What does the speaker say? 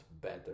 better